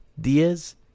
Diaz